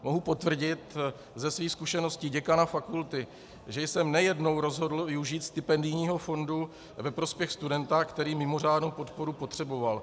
Mohu potvrdit ze svých zkušeností děkana fakulty, že jsem nejednou rozhodl využít stipendijního fondu ve prospěch studenta, který mimořádnou podporu potřeboval.